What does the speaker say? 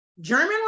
german